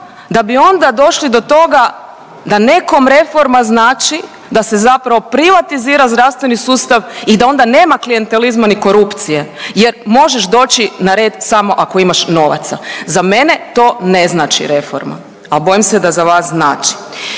da bi onda došli do toga da nekom reforma znači da se zapravo privatizira zdravstveni sustav i da onda nema klijentelizma ni korupcije, jer možeš doći na red samo ako imaš novaca. Za mene to ne znači reforma, a bojim se da za vas znači.